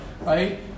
right